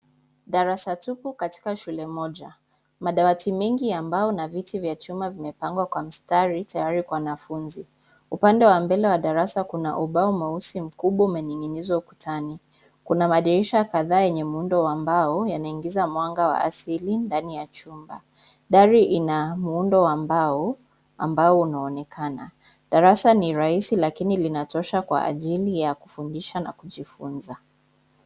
Darasa tupu katika shule moja, madawati mengi ya mbao na viti vya vyuma vimepangwa kwa mstari tayari kwa wanafunzi. Upande wa mbele wa darasa kuna ubao mweusi mkubwa umening'inizwa ukutani, kuna madirisha kadhaa yenye muundo wa mbao yanaingiza mwanga wa asili ndani ya chumba. Dari ina muundo wa mbao, ambao unaonekana, darasa ni rahisi lakini linatosha kwa ajili ya kufundisha na kujifunza.